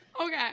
Okay